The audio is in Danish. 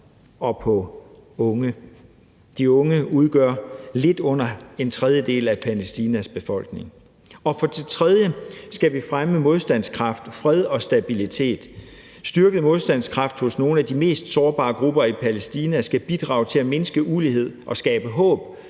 og på unge. De unge udgør lidt under en tredjedel af Palæstinas befolkning. Og for det tredje skal vi fremme modstandskraft, fred og stabilitet. Styrket modstandskraft hos nogle af de mest sårbare grupper i Palæstina skal bidrage til at mindske ulighed og skabe håb